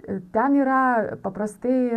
i ten yra paprastai